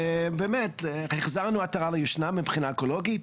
באמת החזרנו עטרה ליושנה מבחינה אקולוגית,